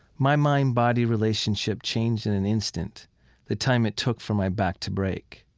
my mind-body relationship changed in an instant the time it took for my back to break.